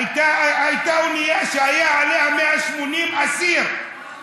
הייתה אונייה שהיו עליה 180 אסירים